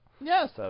yes